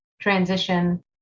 transition